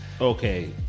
Okay